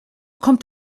kommt